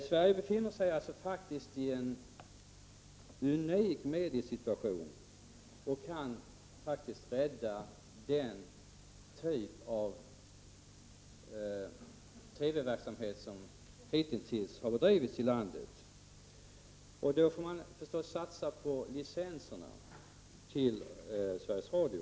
Sverige befinner sig i en unik mediesituation och kan faktiskt rädda den typ av TV-verksamhet som hittills har bedrivits i landet. Då måste vi förstås satsa på licenserna till Sveriges Radio.